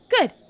Good